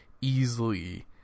easily